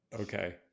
Okay